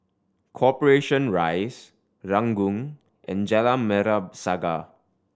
Corporation Rise Ranggung and Jalan Merah Saga